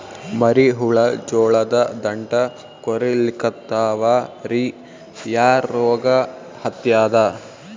ಮರಿ ಹುಳ ಜೋಳದ ದಂಟ ಕೊರಿಲಿಕತ್ತಾವ ರೀ ಯಾ ರೋಗ ಹತ್ಯಾದ?